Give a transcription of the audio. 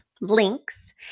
links